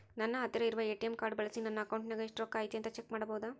ನನ್ನ ಹತ್ತಿರ ಇರುವ ಎ.ಟಿ.ಎಂ ಕಾರ್ಡ್ ಬಳಿಸಿ ನನ್ನ ಅಕೌಂಟಿನಾಗ ಎಷ್ಟು ರೊಕ್ಕ ಐತಿ ಅಂತಾ ಚೆಕ್ ಮಾಡಬಹುದಾ?